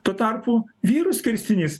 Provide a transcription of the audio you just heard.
tuo tarpu vyrų skirstinys